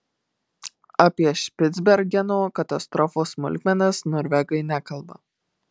apie špicbergeno katastrofos smulkmenas norvegai nekalba